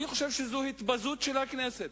זאת התבזות של הכנסת.